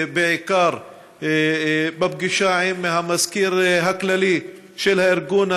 בעיקר בפגישה עם המזכיר הכללי של הארגון,